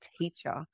teacher